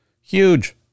huge